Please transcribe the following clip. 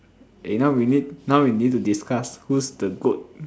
eh now we need now we need to discuss who's the goat